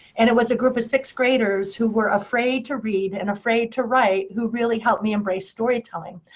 and it was a group of sixth graders who were afraid to read, and afraid to write, who really helped me embrace story time.